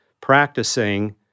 practicing